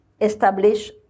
establish